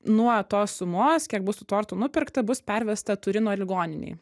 nuo tos sumos kiek bus tų tortų nupirkta bus pervesta turino ligoninei